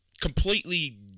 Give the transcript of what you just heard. completely